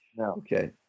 Okay